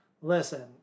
Listen